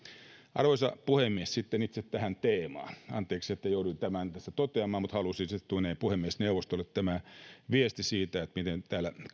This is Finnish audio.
arvoisa puhemies sitten itse tähän teemaan anteeksi että jouduin tuon tässä toteamaan mutta halusin tuoda puhemiesneuvostolle tämän viestin siitä miten täällä